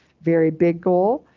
very big goal,